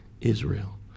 Israel